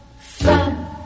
Fun